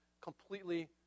completely